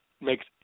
makes